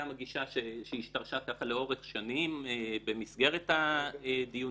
גם הגישה שהשתרשה לאורך שנים במסגרת הדיונים